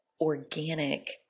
organic